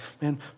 man